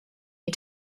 you